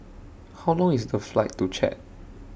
How Long IS The Flight to Chad